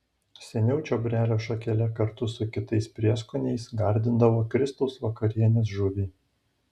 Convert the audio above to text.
seniau čiobrelio šakele kartu su kitais prieskoniais gardindavo kristaus vakarienės žuvį